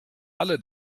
alle